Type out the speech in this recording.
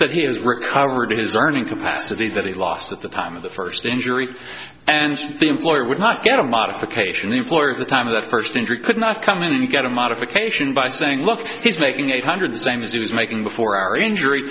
that he has recovered his earning capacity that he lost at the time of the first injury and the employer would not get a modification employee of the time of the first injury could not come in and get a modification by saying look he's making eight hundred same as he was making before our injury